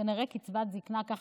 כנראה קצבת ילדים,